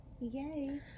yay